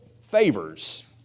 favors